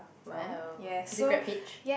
well is it GrabHitch